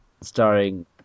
starring